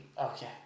Okay